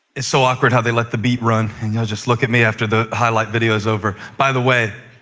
it's so awkward how they let the beat run and you'll just look at me after the highlight video is over. by the way,